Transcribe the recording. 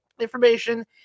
information